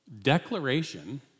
declaration